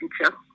future